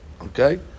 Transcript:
Okay